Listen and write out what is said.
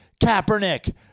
Kaepernick